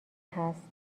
هست